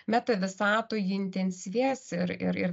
metavisatoj ji intensyvės ir ir ir